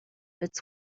its